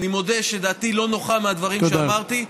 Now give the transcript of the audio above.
אני מודה שדעתי לא נוחה מהדברים שאמרתי,